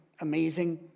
amazing